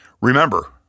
Remember